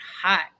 hot